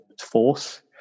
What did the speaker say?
force